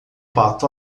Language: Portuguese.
pato